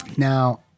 Now